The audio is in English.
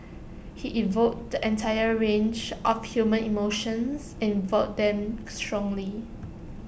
he evoked the entire range of human emotions and evoked them strongly